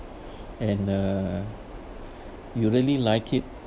and uh you really like it